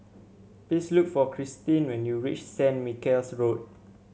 please look for Christin when you reach St Michael's Road